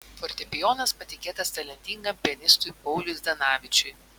fortepijonas patikėtas talentingam pianistui pauliui zdanavičiui